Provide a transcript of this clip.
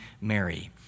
Mary